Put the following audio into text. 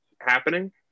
happening